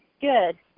good